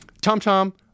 TomTom